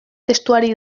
testuari